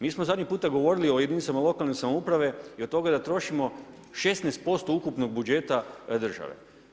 Mi smo zadnji puta govorili o jedinicama lokalne samouprave i od toga da trošimo 16% ukupnog budžeta države.